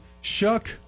Shuck